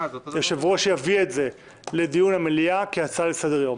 היושב-ראש יביא את זה לדיון המליאה כהצעה לסדר-יום.